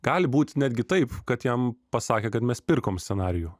gali būti netgi taip kad jam pasakė kad mes pirkom scenarijų